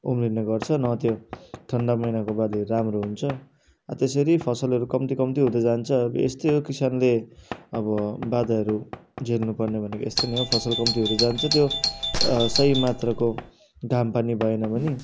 उम्रिने गर्छ न त्यो ठण्डा महिनाको बाली राम्रो हुन्छ त्यसरी फसलहरू कम्ती कम्ती हुँदै जान्छ अब यस्तै हो किसानले अब बाधाहरू झेल्नु पर्ने भनेको यस्तै नै हो फसल कम्ती हुँदै जान्छ त्यो सही मात्रको घाम पानी भएन भनी